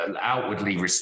outwardly